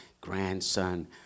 grandson